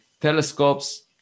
telescopes